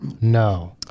No